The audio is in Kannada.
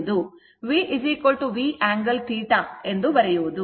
v V angle θ ಎಂದು ಬರೆಯುವುದು